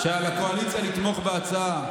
שעל הקואליציה לתמוך בהצעה,